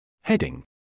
Heading